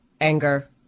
anger